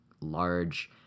large